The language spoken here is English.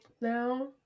Now